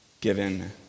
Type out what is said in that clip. given